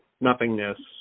nothingness